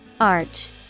Arch